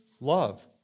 love